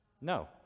No